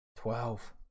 Twelve